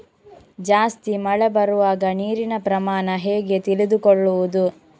ಜಾಸ್ತಿ ಮಳೆ ಬರುವಾಗ ನೀರಿನ ಪ್ರಮಾಣ ಹೇಗೆ ತಿಳಿದುಕೊಳ್ಳುವುದು?